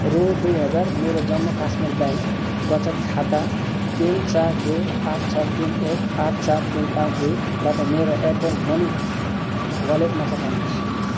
रु दुई हजार मेरो जम्मू काश्मीर ब्याङ्क वचत खाता तिन चार दुई आठ छ तिन एक आठ चार तिन पाँच दुई बाट मेरो एयरटेल मनी वालेटमा पठाउनुहोस्